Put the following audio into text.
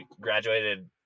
graduated